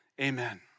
Amen